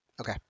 Okay